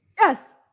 Yes